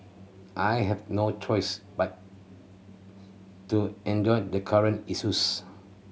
I have no choice but to endure the current issues